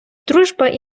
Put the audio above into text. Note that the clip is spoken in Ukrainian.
дружба